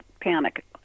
panic